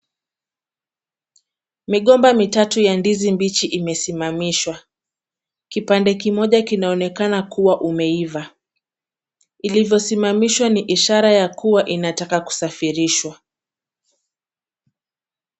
Migomba mitatu ya ndizi mbichi imesimamishwa, kipande kimoja kinaonekana kuwa imeiva. Ilivyosimamishwa ni ishara ya kuwa inataka kusafirishwa.